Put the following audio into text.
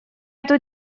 эту